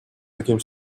таким